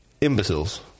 imbeciles